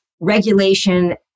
regulation